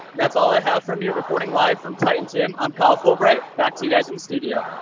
that's all i have from your reporting live from titan tim, i'm kyle fulbright, back to you guys in the studio.